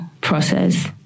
process